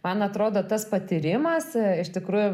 man atrodo tas patyrimas iš tikrųjų